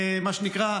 מה שנקרא,